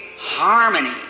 harmony